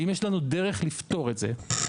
ואם יש לכם דרך לפתור את זה,